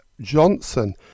Johnson